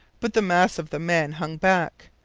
but the mass of the men hung back.